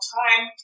time